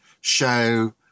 show